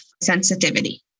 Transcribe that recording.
sensitivity